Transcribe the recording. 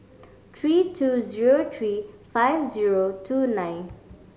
three two zero three five zero two nine